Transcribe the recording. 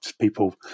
people